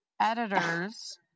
editors